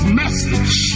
message